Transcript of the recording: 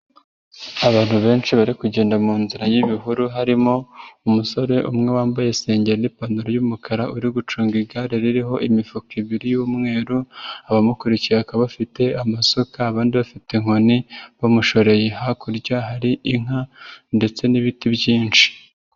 Abantu benshi bari kugenda munzira y'ibihuru harimo umusore umwe wambaye se n'pantaro yumukara uri gucunga igare ririho imifuka ibiri y'umweru, abamukurikiye bakaba bafite amasuka, abandi bafite inkoni bamushoreye hakurya hari inka ndetse n'ibiti byinshi.